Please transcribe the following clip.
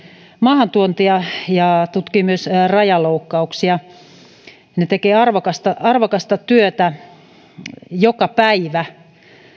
maahantuontia ja tutkii myös rajaloukkauksia he tekevät arvokasta arvokasta työtä joka päivä